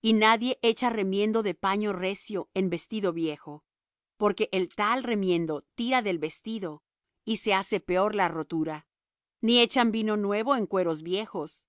y nadie echa remiendo de paño recio en vestido viejo porque el tal remiendo tira del vestido y se hace peor la rotura ni echan vino nuevo en cueros viejos